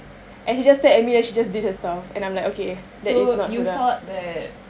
and she just stared at me and she just did her stuff so I'm like okay that is not huda